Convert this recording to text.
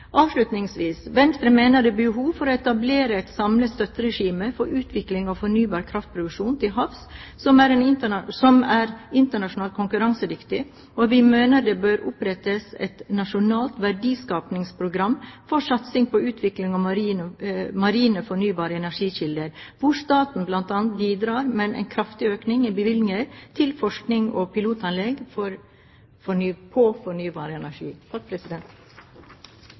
Avslutningsvis: Venstre mener det er behov for å etablere et samlet støtteregime for utvikling av fornybar kraftproduksjon til havs, som er internasjonalt konkurransedyktig, og vi mener det bør opprettes et nasjonalt verdiskapingsprogram for satsing på utvikling av marine fornybare energikilder, hvor staten bl.a. bidrar med en kraftig økning i bevilgninger til forskning og pilotanlegg på fornybar energi.